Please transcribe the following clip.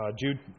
Jude